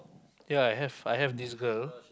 ya I have I have this girl